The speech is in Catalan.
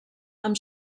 amb